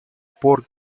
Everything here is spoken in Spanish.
por